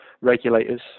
regulators